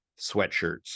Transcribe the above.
sweatshirts